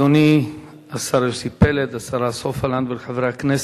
אדוני השר יוסי פלד, השרה סופה לנדבר, חברי הכנסת,